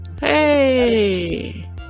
hey